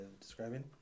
Describing